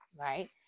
right